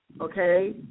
okay